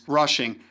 rushing